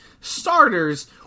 starters